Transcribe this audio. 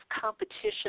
competition